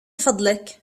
فضلك